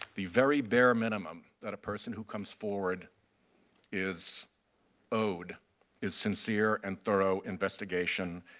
the very bare minimum that a person who comes forward is owed is sincere and thorough investigation,